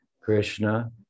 Krishna